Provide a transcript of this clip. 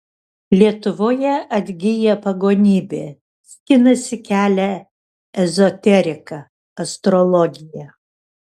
lietuvoje atgyja pagonybė skinasi kelią ezoterika astrologija